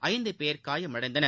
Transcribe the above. ஐந்து பேர் காயமடைந்தனர்